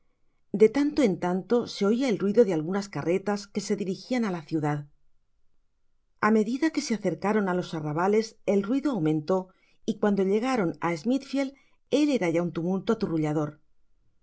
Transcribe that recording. de tanto en tanto se oia el ruido de algunas carretas que se dirijian á la ciudad a medida que se acercaron á los arrabales el ruido aumentó y cuando llegaron á smithfield el era ya un tumulto